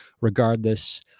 regardless